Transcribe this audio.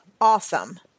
awesome